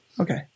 Okay